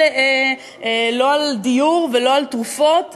לא על דיור ולא על תרופות,